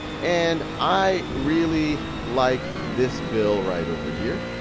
and i really like this bill right over here.